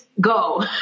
go